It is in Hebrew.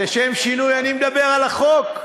לשם שינוי אני מדבר על החוק.